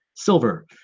Silver